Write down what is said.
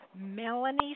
Melanie